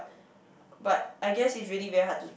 but I guess it's really very hard to